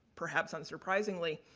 perhaps unsurprisingly.